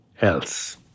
else